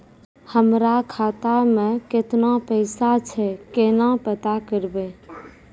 हमरा खाता मे केतना पैसा छै, केना पता करबै?